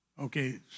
Okay